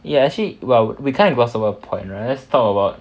eh actually well we kind of gloss over a point right let's talk about